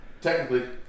Technically